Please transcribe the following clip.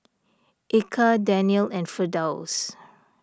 Eka Daniel and Firdaus